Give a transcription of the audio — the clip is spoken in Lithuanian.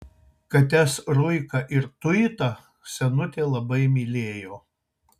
kates ruiką su tuita senutė labai mylėjo